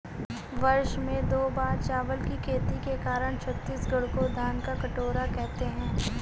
वर्ष में दो बार चावल की खेती के कारण छत्तीसगढ़ को धान का कटोरा कहते हैं